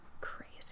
Crazy